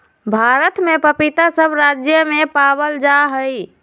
भारत में पपीता सब राज्य में पावल जा हई